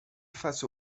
face